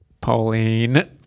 Pauline